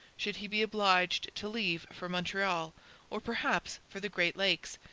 should he be obliged to leave for montreal or perhaps for the great lakes,